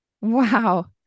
Wow